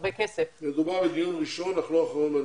מדובר בדיון ראשון בנושא הזה אך לא אחרון.